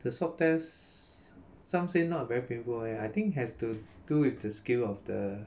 the swab test some say not very painful eh I think has to do with the skill of the